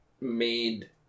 made